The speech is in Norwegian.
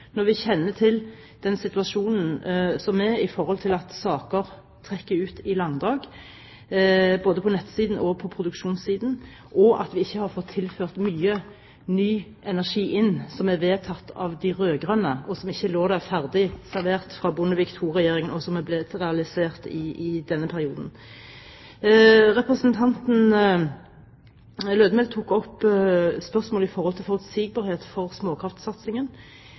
når vi kjenner til den situasjonen som er med at saker trekker ut i langdrag både på nettsiden og på produksjonssiden, og at vi ikke har fått tilført mye ny energi inn som er vedtatt av de rød-grønne, som ikke lå der ferdig servert fra Bondevik II-regjeringen, og som er blitt realisert i denne perioden. Representanten Lødemel tok opp spørsmålet om forutsigbarhet for småkraftsatsingen.